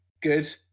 good